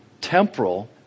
temporal